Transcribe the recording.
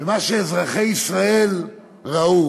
ומה שאזרחי ישראל ראו